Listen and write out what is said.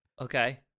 Okay